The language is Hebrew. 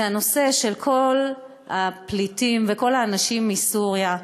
הנושא של כל הפליטים וכל האנשים מסוריה.